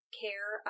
care